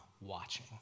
watching